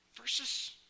Versus